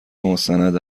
مستند